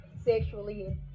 sexually